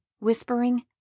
whispering